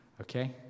okay